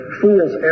fool's